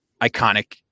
iconic